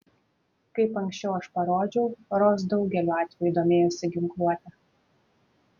kaip ankščiau aš parodžiau ros daugeliu atvejų domėjosi ginkluote